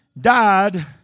died